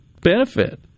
benefit